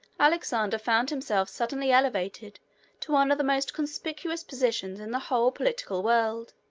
alexander found himself suddenly elevated to one of the most conspicuous positions in the whole political world.